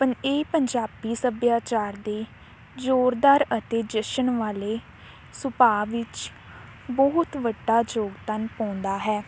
ਪੰ ਇਹ ਪੰਜਾਬੀ ਸੱਭਿਆਚਾਰ ਦੀ ਜੋਰਦਾਰ ਅਤੇ ਜਸ਼ਨ ਵਾਲੇ ਸੁਭਾਅ ਵਿੱਚ ਬਹੁਤ ਵੱਡਾ ਯੋਗਦਾਨ ਪਾਉਂਦਾ ਹੈ